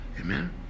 Amen